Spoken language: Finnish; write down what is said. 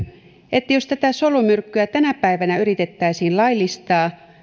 että jos tätä solumyrkkyä tänä päivänä yritettäisiin laillistaa